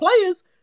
players